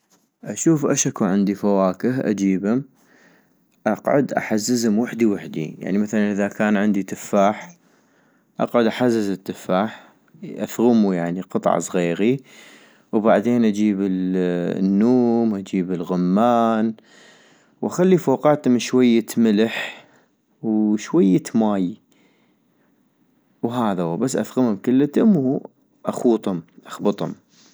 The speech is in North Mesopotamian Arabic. اشوف اشكو عندي فواكه اجيبم - اقعد احززم وحدي وحدي، يعني مثلا اذا كان عندي تفاح، اقعد احزز التفاح، اثغمو يعني قطع زغيغي، وبعدين اجيب النووم اجيب الغمان، واخلي فوقاتم شوية ملح وشوية ماي وهذوا، بس اثغمم كلتم واخوطم اخبطم